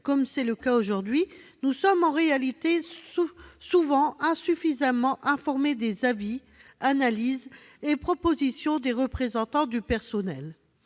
comme c'est le cas aujourd'hui, nous sommes insuffisamment informés des avis, des analyses et des propositions des représentants du personnel.